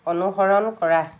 অনুসৰণ কৰা